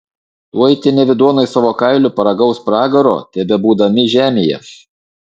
tuoj tie nevidonai savo kailiu paragaus pragaro tebebūdami žemėje